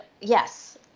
yes